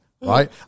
Right